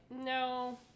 no